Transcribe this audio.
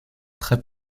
très